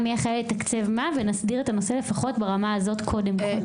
מי אחריו לתקצב מה ונסדיר את הנושא לפחות ברמה הזאת קודם כל.